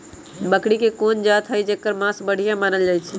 बकरी के कोन जात हई जेकर मास बढ़िया मानल जाई छई?